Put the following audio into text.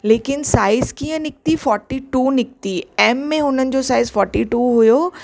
लेकिनि साइज़ कीअं निकिती फोर्टी टू निकिती एम में हुननि जो साइज़ फोर्टी टू हुओ